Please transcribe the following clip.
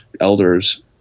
elders